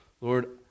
Lord